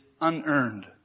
unearned